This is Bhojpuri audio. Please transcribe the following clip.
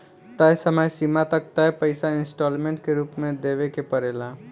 तय समय सीमा तक तय पइसा इंस्टॉलमेंट के रूप में देवे के पड़ेला